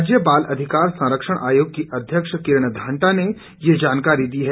राज्य बाल अधिकार संरक्षण आयोग की अध्यक्ष किरण घांटा ने यह जानकारी दी है